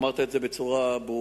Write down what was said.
אמרת את זה בצורה ברורה,